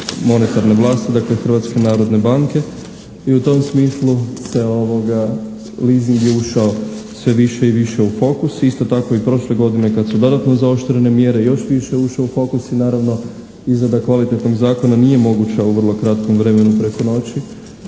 monetarne vlasti dakle Hrvatske narodne banke i u tom smislu se leasing je ušao sve više i više u fokus. Isto tako i prošle godine kad su dodatno zaoštrene mjere još više ušao u fokus i naravno izrada kvalitetnog zakona nije moguća u vrlo kratkom vremenu preko noći.